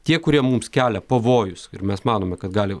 tie kurie mums kelia pavojus ir mes manome kad gali